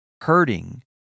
hurting